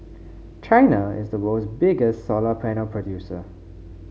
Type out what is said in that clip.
China is the world's biggest solar panel producer